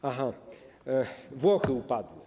Tak, Włochy upadły.